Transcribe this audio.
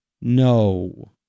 No